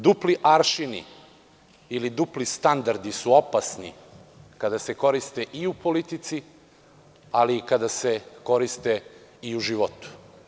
Dupli aršini ili dupli standardi su opasni kada se koriste i u politici, ali i kada se koriste u životu.